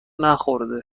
نخورده